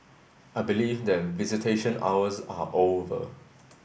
I believe that visitation hours are over